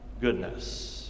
goodness